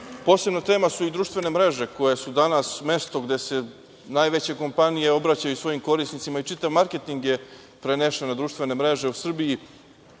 Posebna tema su i društvene mreže koje su danas mesto gde se najveće kompanije obraćaju svojim korisnicima i čitav marketing je prenesen na društvene mreže u Srbiji.